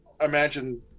imagine